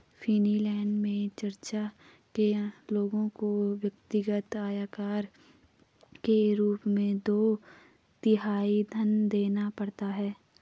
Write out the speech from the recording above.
Finland में church के लोगों को व्यक्तिगत आयकर के रूप में दो तिहाई धन देना पड़ता है